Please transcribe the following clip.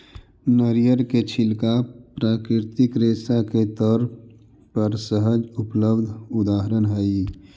नरियर के छिलका प्राकृतिक रेशा के तौर पर सहज उपलब्ध उदाहरण हई